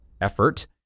effort